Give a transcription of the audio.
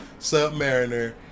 Submariner